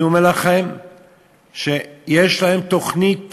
אני אומר לכם שיש להם תוכנית